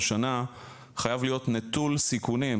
השנה חייב להיות נטול סיכונים.